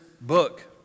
book